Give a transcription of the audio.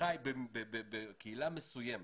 שחי בקהילה מסוימת,